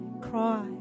cry